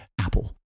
Apple